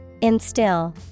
Instill